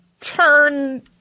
turn